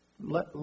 let